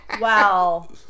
wow